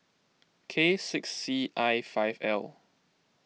K six C I five L